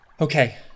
Okay